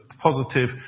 positive